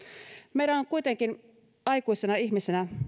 meidän on kuitenkin aikuisina ihmisinä